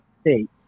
state